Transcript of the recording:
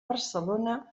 barcelona